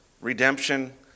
Redemption